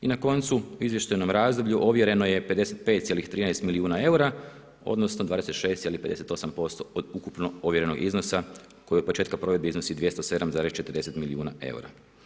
I na koncu u izvještajnom razdoblju ovjereno je 55,13 milijuna eura, odnosno 26,58% od ukupno ovjerenog iznosa koji od početka provedbe iznosi 207,40 milijuna eura.